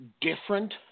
different